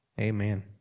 Amen